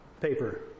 paper